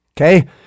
okay